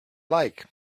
like